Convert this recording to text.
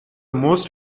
most